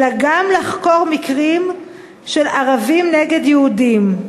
אלא גם לחקור מקרים של ערבים נגד יהודים".